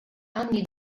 anni